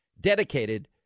dedicated